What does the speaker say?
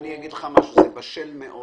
זה בשל מאוד.